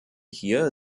hier